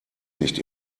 nicht